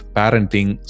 parenting